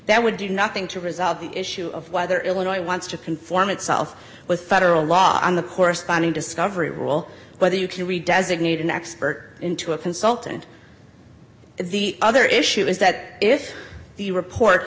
that would do nothing to resolve the issue of whether illinois wants to conform itself with federal law on the corresponding discovery rule whether you can read designate an expert into a consultant the other issue is that if the report